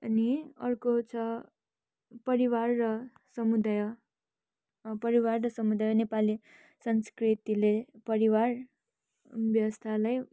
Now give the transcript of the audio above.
अनि अर्को छ परिवार र समुदाय परिवार र समुदाय नेपाली संस्कृतिले परिवार व्यवस्थालाई